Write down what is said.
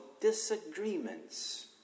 disagreements